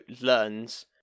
learns